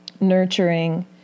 nurturing